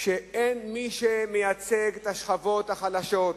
שאין מי שמייצג את השכבות החלשות,